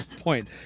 point